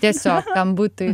tiesiog kam būtų